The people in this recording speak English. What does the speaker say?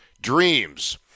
dreams